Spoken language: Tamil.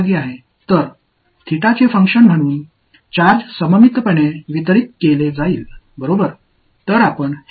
எனவே சார்ஜ் தீட்டா செயல்பாடாக சமச்சீராக விநியோகிக்கப்படும்